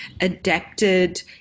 adapted